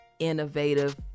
innovative